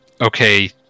okay